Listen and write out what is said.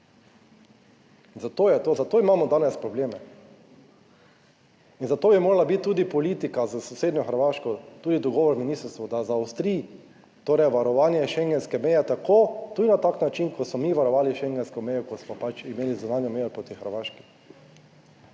v rokah in zato imamo danes probleme in zato bi morala biti tudi politika s sosednjo Hrvaško tudi dogovor z ministrstva, da zaostri torej varovanje schengenske meje, tako tudi na tak način kot smo mi varovali schengensko mejo, ko smo pač imeli zunanjo mejo proti Hrvaški.